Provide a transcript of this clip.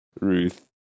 Ruth